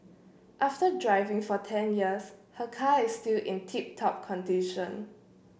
after driving for ten years her car is still in tip top condition